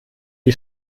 die